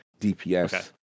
DPS